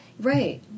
Right